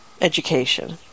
education